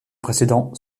précédent